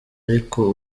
ariko